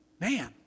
man